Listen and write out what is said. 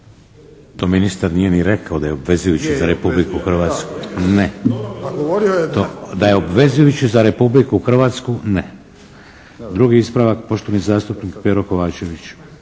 To ministar nije ni rekao da je obvezujući za Republiku Hrvatsku. Ne. Da je obvezujući za Republiku Hrvatsku. Ne. Drugi ispravak poštovani zastupnik Pero Kovačević.